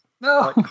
No